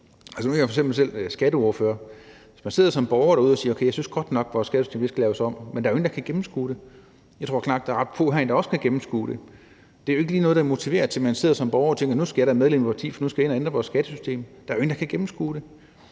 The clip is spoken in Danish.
Nu er jeg f.eks. selv skatteordfører, og man sidder som borger derude og siger: Jeg synes godt nok, at vores skattesystem skal laves om. Men der er jo ingen, der kan gennemskue det. Jeg tror, at der er ret få herinde, der kan gennemskue det. Det er jo ikke lige noget, der motiverer til, at man sidder som borger og tænker, at nu skal jeg da melde mig ind i et parti, for nu skal jeg ind og ændre vores skattesystem. Der er jo ingen, der kan gennemskue det.